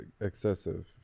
excessive